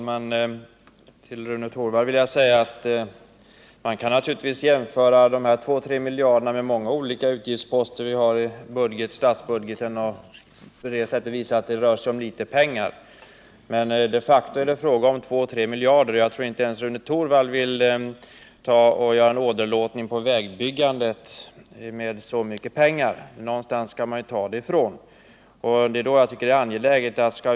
Herr talman! Man kan naturligtvis jämföra de här 2-3 miljarderna med många olika utgiftsposter i statsbudgeten och på det sättet visa att det rör sig om litet pengar. Men de facto är det fråga om 2-3 miljarder. Jag tror inte ens Rune Torwald vill gör en åderlåtning av anslaget till vägbyggandet med så mycket pengar. Och någonstans skall man ju ta dem.